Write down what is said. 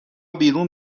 بیرون